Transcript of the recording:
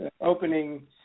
opening